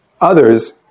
others